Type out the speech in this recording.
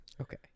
okay